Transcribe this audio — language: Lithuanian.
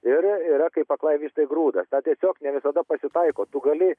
ir yra kaip aklai vištai grūdas na tiesiog ne visada pasitaiko tu gali